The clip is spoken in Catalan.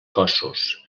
cossos